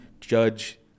judge